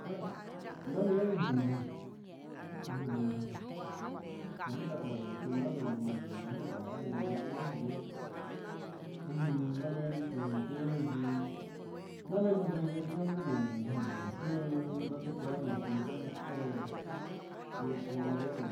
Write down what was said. Gueno noo meen ju ujun comida tradicional ña nuhun na mee ña mee ujun nameen ndioo ujun ndundiquɨ na mee ndundiquɨ ndioo na mee nda ndandiquɨ maan ndioo ni quito na yocu variado